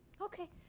Okay